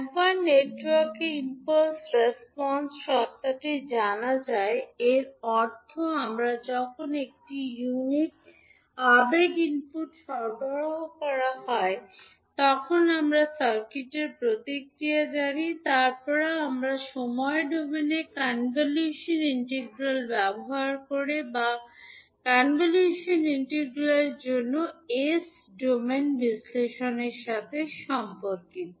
একবার নেটওয়ার্কের ইমালস রেসপন্স সত্তাটি জানা যায় এর অর্থ আমরা যখন একটি ইউনিট আবেগ ইনপুট সরবরাহ করা হয় তখন আমরা সার্কিটের প্রতিক্রিয়া জানি তারপরে আমরা সময় ডোমেনে কনভ্যুশনাল ইন্টিগ্রাল ব্যবহার করে বা কনভলশন ইন্টিগ্রালের জন্য এস ডোমেন বিশ্লেষণের সাথে সম্পর্কিত